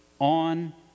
on